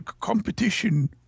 competition